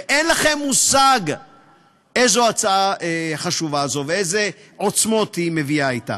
ואין לכם מושג איזו הצעה חשובה זו ואיזה עוצמות היא מביאה אתה: